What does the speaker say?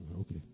Okay